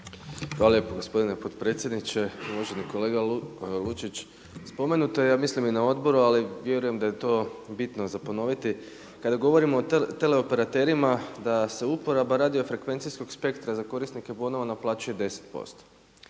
Hvala lijepo gospodine potpredsjedniče, uvaženi kolega Lučić. Spomenuto je ja mislim i na odboru, ali vjerujem da je to bitno za ponoviti kada govorimo o teleoperaterima da se uporaba radio frekvencijskog spektra za korisnike bonova naplaćuje 10%.